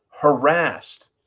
harassed